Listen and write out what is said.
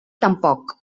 tampoc